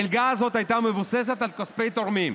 המלגה הזאת הייתה מבוססת על כספי תורמים.